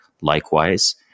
likewise